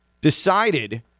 decided